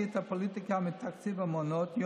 לקח את התקציב של ימי העיון של העובדים